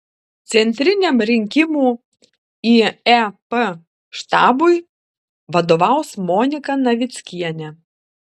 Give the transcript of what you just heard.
centriniam rinkimų į ep štabui vadovaus monika navickienė